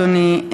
אדוני,